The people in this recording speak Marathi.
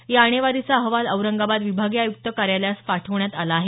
या आणेवारीचा अहवाल औरंगाबाद विभागीय आयुक्त कार्यालयास पाठवण्यात आला आहे